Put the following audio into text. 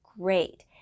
great